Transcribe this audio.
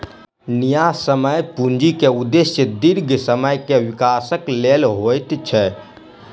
न्यायसम्य पूंजी के उदेश्य दीर्घ समय के विकासक लेल होइत अछि